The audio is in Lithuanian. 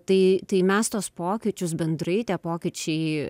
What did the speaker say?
tai tai mes tuos pokyčius bendrai tie pokyčiai